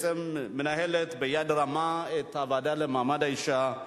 מנהלת ביד רמה את הוועדה למעמד האשה.